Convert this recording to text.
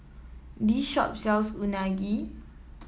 this shop sells Unagi